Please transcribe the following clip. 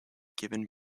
given